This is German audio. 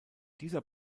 dieser